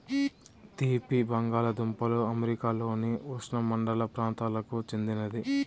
తీపి బంగాలదుంపలు అమెరికాలోని ఉష్ణమండల ప్రాంతాలకు చెందినది